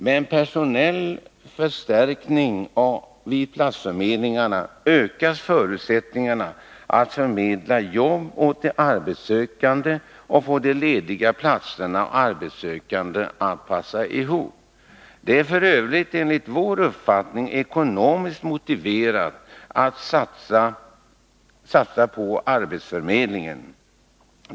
Med en personell förstärkning vid platsförmedlingarna ökar förutsättningarna att förmedla jobb åt de arbetssökande och få de lediga platserna och de arbetssökande att passa ihop. Det är f. ö. enligt vår uppfattning ekonomiskt motiverat att satsa på arbetsförmedlingen.